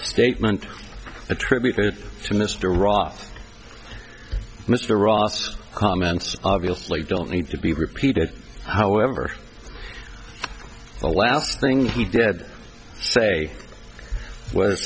statement attributed to mr roth mr ross comments obviously don't need to be repeated however the last thing he did say w